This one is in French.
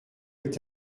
est